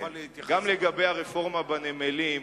גם לגבי הרפורמה בנמלים,